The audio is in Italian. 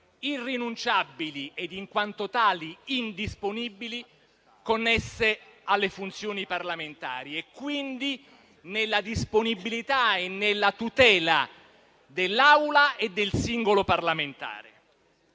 irrinunciabili e, in quanto tali, indisponibili connesse alle funzioni parlamentari e, quindi, nella disponibilità e nella tutela dell'Assemblea e del singolo parlamentare.